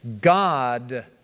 God